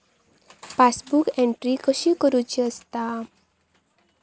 Passbook entry कशी करुची असता?